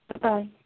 Bye